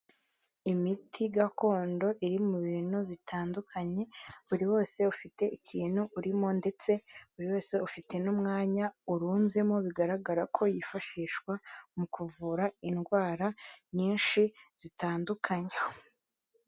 Imiti gakondo iri mu bintu bitandukanye buri wese ufite ikintu urimo ndetse buri wese ufite n'umwanya urunzemo bigaragara ko yifashishwa mu kuvura indwara nyinshi zitandukanye.